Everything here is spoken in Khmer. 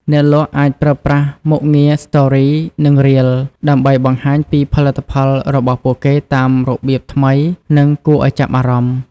អ្នកលក់អាចប្រើប្រាស់មុខងារ Stories និង Reels ដើម្បីបង្ហាញពីផលិតផលរបស់ពួកគេតាមរបៀបថ្មីនិងគួរឱ្យចាប់អារម្មណ៍។